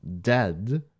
dead